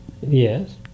Yes